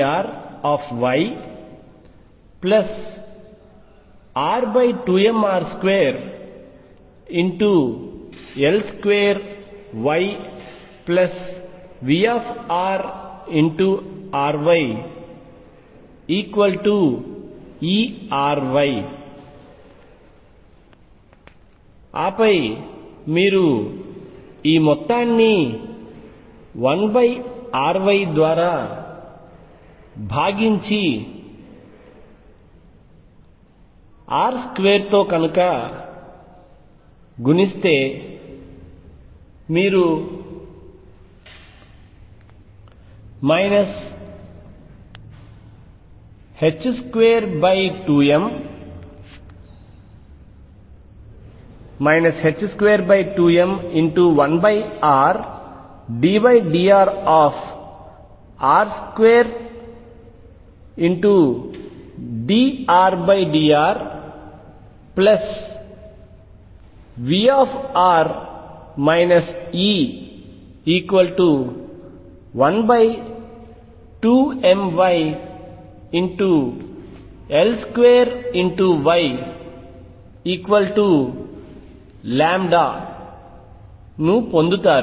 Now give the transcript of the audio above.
ఆపై మీరు ఈ మొత్తాన్ని 1RY ద్వారా భాగించి r2 తో గుణిస్తే మీరు 22m1Rddrr2dRdrVr E12mYL2Yλ ను పొందుతారు